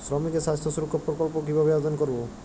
শ্রমিকের স্বাস্থ্য সুরক্ষা প্রকল্প কিভাবে আবেদন করবো?